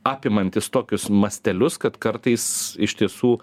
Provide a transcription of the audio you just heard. apimantis tokius mastelius kad kartais iš tiesų